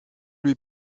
lui